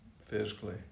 physically